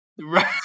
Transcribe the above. Right